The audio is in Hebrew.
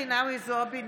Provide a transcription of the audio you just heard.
זועבי,